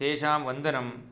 तेषां वन्दनं